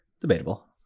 Debatable